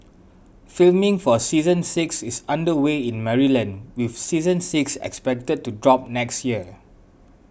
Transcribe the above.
filming for season six is under way in Maryland with season six expected to drop next year